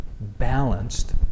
balanced